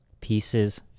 pieces